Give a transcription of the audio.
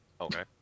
okay